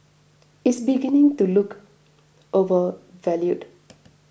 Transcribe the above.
is beginning to look overvalued